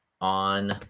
on